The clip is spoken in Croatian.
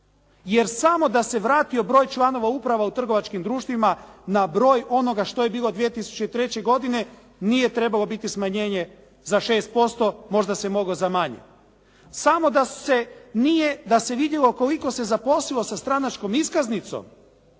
Jer samo da se vratio broj članova uprava u trgovačkim društvima na broj onoga što je bilo 2003. godine nije trebalo biti smanjenje za 6% možda se moglo za manje. Samo da se vidjelo koliko se zaposlilo sa stranačkom iskaznicom